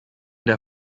der